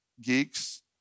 geeks